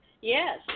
yes